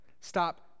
Stop